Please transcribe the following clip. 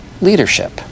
leadership